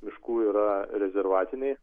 miškų yra rezervatiniai